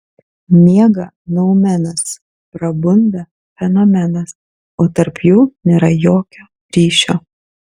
miega noumenas prabunda fenomenas o tarp jų nėra jokio ryšio